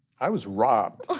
i was robbed.